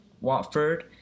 Watford